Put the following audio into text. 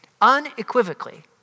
unequivocally